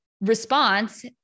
response